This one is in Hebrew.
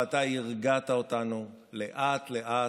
ואתה הרגעת אותנו לאט-לאט.